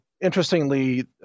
Interestingly